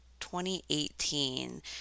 2018